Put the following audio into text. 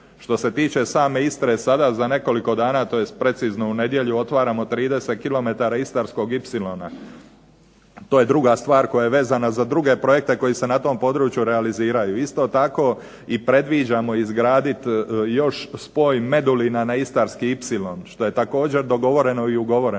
Što se tiče same Istre, sada za nekoliko dana, tj. precizno u nedjelju otvaramo 30 kilometara istarskog ipsilona. To je druga stvar koja je vezana za druge projekte koji se na tom području realiziraju. Isto tako i predviđamo izgraditi još spoj Medulina na istarski ipsilon, što je također dogovoreno i ugovoreno.